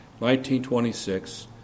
1926